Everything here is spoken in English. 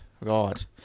right